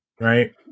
right